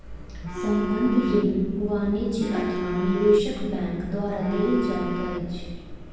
संबंद्ध ऋण वाणिज्य अथवा निवेशक बैंक द्वारा देल जाइत अछि